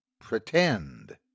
Pretend